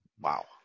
Wow